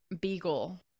Beagle